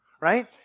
right